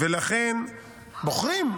בוחרים.